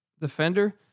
defender